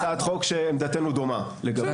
יום האחדות זה הצעת חוק שעמדתנו דומה לגביה.